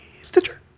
Stitcher